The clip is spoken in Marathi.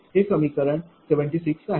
हे समीकरण 76 आहे